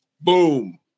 Boom